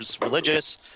religious